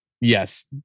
Yes